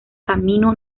camino